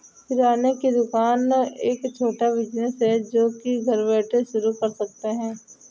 किराने की दुकान एक छोटा बिज़नेस है जो की घर बैठे शुरू कर सकते है